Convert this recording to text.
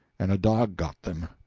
and a dog got them.